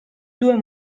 due